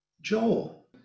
Joel